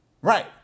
Right